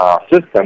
system